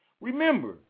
Remember